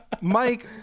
Mike